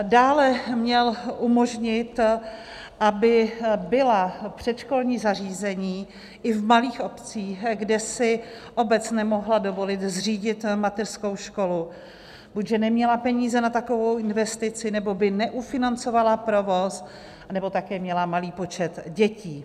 Dále měl umožnit, aby byla předškolní zařízení i v malých obcích, kde si obec nemohla dovolit zřídit mateřskou školu, buď že neměla peníze na takovou investici, nebo by neufinancovala provoz, anebo také měla malý počet dětí.